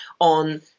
on